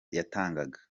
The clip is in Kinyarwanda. yatangaga